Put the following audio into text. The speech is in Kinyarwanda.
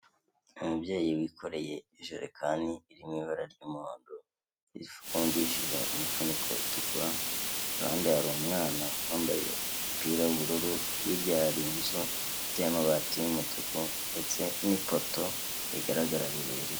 Umubyeyi wikoreye ijerekani iri mu ibara ry'umuhondo rifungishije umufuniko utukura, iruhande hari umwana wambaye umupira w'ubururu, hirya hari inzu ifite amabati y'umutuku ndetse n'ipoto rigaragara rirerire.